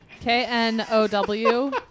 K-N-O-W